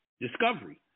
discovery